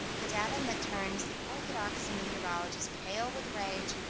the datum that turns the orthodox meteorologist pale with rage,